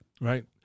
Right